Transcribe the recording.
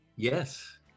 Yes